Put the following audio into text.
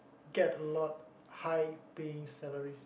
get a lot high paying salary